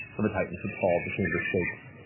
of a titan footfall. the chamber shakes,